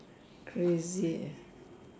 crazy eh